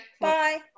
Bye